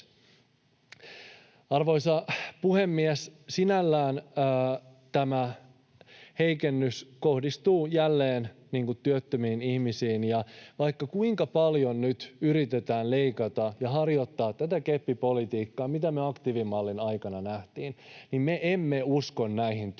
Arvoisa puhemies! Sinällään tämä heikennys kohdistuu jälleen työttömiin ihmisiin, ja vaikka kuinka paljon nyt yritetään leikata ja harjoittaa tätä keppipolitiikkaa, mitä me aktiivimallin aikana nähtiin, niin me emme usko näihin